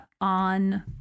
on